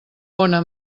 bona